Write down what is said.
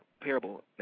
parable